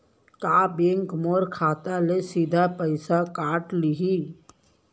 का बैंक मोर खाता ले सीधा पइसा काट लिही?